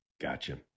Gotcha